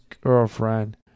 girlfriend